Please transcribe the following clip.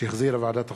שהחזירה ועדת החוקה,